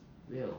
will